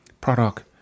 product